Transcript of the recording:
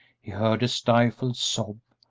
he heard a stifled sob,